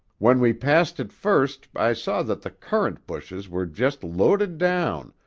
when we passed it first i saw that the currant bushes were just loaded down,